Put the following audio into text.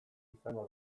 izango